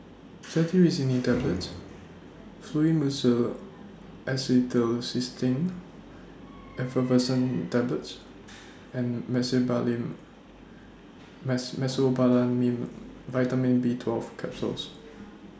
Cetirizine Tablets Fluimucil Acetylcysteine Effervescent Tablets and Mecobalamin Vitamin B twelve Capsules